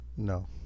no